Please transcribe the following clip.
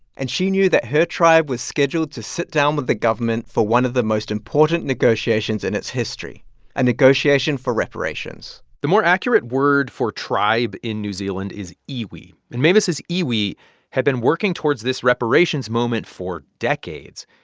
and she knew that her tribe was scheduled to sit down with the government for one of the most important negotiations in its history a negotiation for reparations the more accurate word for tribe in new zealand is iwi. and mavis's iwi had been working towards this reparations moment for decades.